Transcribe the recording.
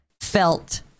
felt